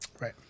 Right